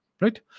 right